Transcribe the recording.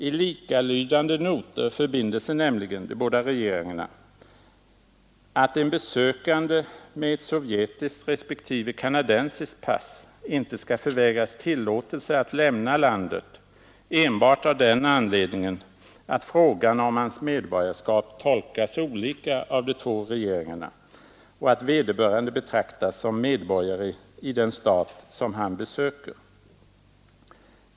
I likalydande noter förbinder sig nämligen de båda regeringarna, att en besökande med ett sovjetiskt respektive kanadensiskt pass inte skall förvägras tillåtelse att lämna landet enbart av den anledningen att frågan om hans medborgarskap tolkas olika av de två regeringarna och att vederbörande betraktas som medborgare i den stat som han besöker.